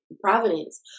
providence